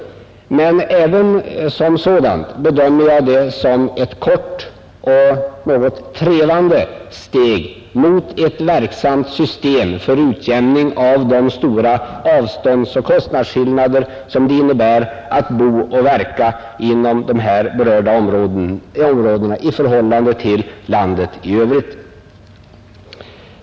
Men även som sådant bedömer jag det som ett kort och något trevande steg mot ett verksamt system för utjämning av de stora avståndsoch kostnadsskillnader det innebär att bo och verka inom här berörda områden i förhållande till det övriga landet.